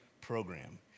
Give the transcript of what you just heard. program